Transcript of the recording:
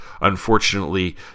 Unfortunately